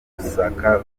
gusaka